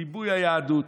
ריבוי היהדות,